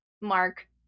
Mark